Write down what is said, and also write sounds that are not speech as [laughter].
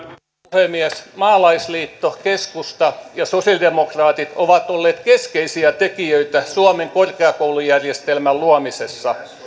puhemies maalaisliitto keskusta ja sosialidemokraatit ovat olleet keskeisiä tekijöitä suomen korkeakoulujärjestelmän luomisessa [unintelligible]